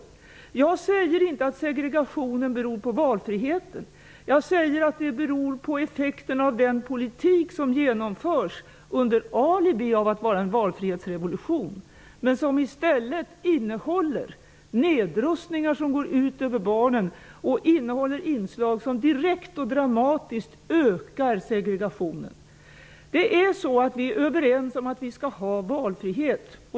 Jag säger inte att segregationen beror på valfriheten. Jag säger att den beror på effekten av den politik som genomförs under alibi att vara en valfrihetsrevolution, men som i stället innehåller nedrustningar som går ut över barnen, och som innehåller inslag som direkt och dramatiskt ökar segregationen. Det vi är överens om, är att vi skall ha valfrihet.